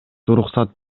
уруксат